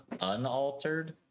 unaltered